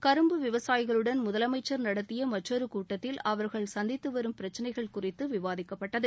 கரும்பு விவசாயிகளுடன் முதலமைச்சர் நடத்திய மற்றொரு கூட்டத்தில் அவர்கள் சந்தித்து வரும் பிரச்சினைகள் குறித்து விவாதிக்கப்பட்டது